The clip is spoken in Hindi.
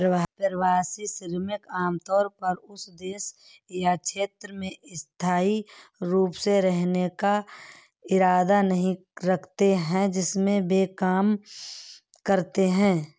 प्रवासी श्रमिक आमतौर पर उस देश या क्षेत्र में स्थायी रूप से रहने का इरादा नहीं रखते हैं जिसमें वे काम करते हैं